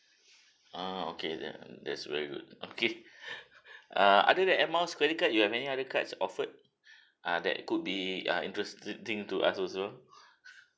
ah okay then that's very good okay err other than air miles credit card you have any other cards offered ah that could be ah interesting to us also